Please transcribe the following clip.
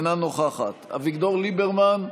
אינה נוכחת אביגדור ליברמן,